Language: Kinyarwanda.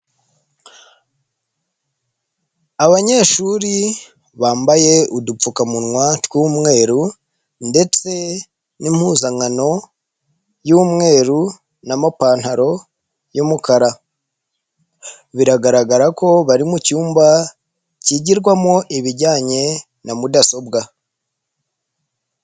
Abanyeshuri bambaye udupfukamunwa tw'umweru ndetse n'impuzankano y'umweru n'amapantaro y'umukara biragaragara ko bari mu cyumba kigirwamo ibijyanye na mudasobwa.